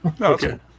Okay